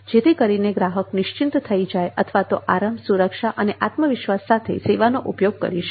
જેથી કરીને ગ્રાહકો નિશ્ચિંત થઈ જાય તથા આરામ સુરક્ષા અને આત્મવિશ્વાસ સાથે સેવાનો ઉપયોગ કરી શકે